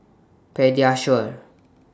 Pediasure